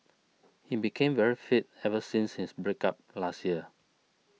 he became very fit ever since his break up last year